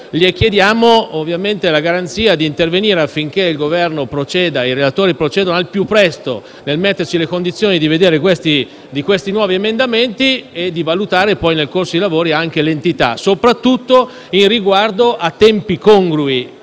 le chiediamo la garanzia di intervenire affinché il Governo e i relatori procedano al più presto nel metterci nelle condizioni di esaminare i nuovi emendamenti, valutandone nel corso dei lavori anche l'entità, soprattutto avendo riguardo a tempi congrui